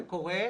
זה קורה,